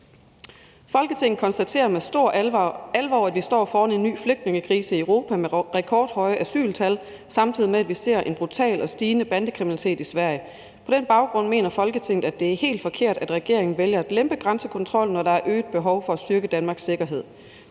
»Folketinget konstaterer med stor alvor, at vi står foran en ny flygtningekrise i Europa med rekordhøje asyltal, samtidig med at vi ser en brutal og stigende bandekriminalitet i Sverige. På den baggrund mener Folketinget, at det er helt forkert, at regeringen vælger at lempe grænsekontrollen, når der er et øget behov for at styrke Danmarks sikkerhed.